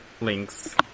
links